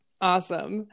Awesome